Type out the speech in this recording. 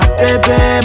baby